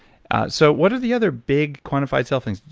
so what are the other big quantified self things?